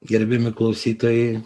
gerbiami klausytojai